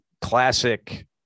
classic